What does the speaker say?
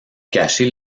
cacher